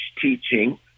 Teaching